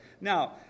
Now